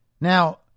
Now